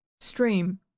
stream